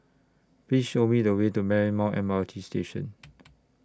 Please Show Me The Way to Marymount M R T Station